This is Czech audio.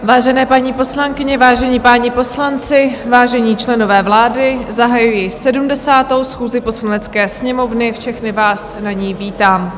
Vážené paní poslankyně, vážení páni poslanci, vážení členové vlády, zahajuji 70. schůzi Poslanecké sněmovny, všechny vás na ní vítám.